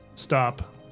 Stop